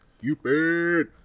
Cupid